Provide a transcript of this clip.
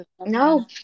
No